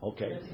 Okay